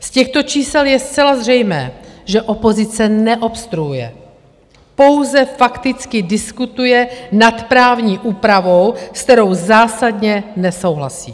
Z těchto čísel je zcela zřejmé, že opozice neobstruuje, pouze fakticky diskutuje nad právní úpravou, s kterou zásadně nesouhlasí.